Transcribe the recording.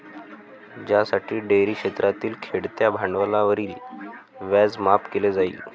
ज्यासाठी डेअरी क्षेत्रातील खेळत्या भांडवलावरील व्याज माफ केले जाईल